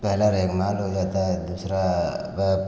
पहला रेगमाल हो जाता है दूसरा